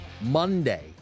Monday